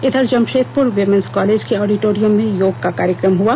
इधर Jamshedpur women's college के auditorium में योग का कार्यक्रम हआ